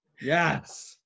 Yes